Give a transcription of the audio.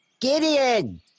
Gideon